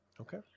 okay